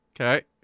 Okay